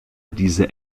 diese